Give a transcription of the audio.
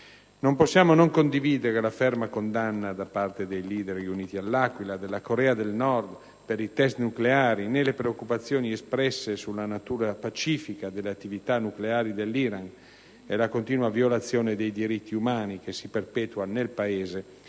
Non possiamo non condividere la ferma condanna, da parte dei leader riuniti all'Aquila, della Corea del Nord per i test nucleari, né le preoccupazioni espresse sulla natura pacifica delle attività nucleari dell'Iran e la continua violazione dei diritti umani che si perpetra nel Paese